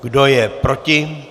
Kdo je proti?